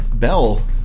Bell